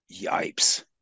Yipes